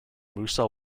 musa